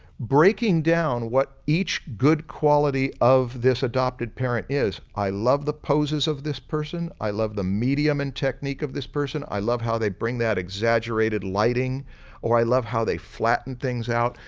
breaking down what each good quality of this adopted parent is, i love the poses of this person, i love the medium and technique of this person, i love how they bring that exaggerated lighting or i love how they flatten things out,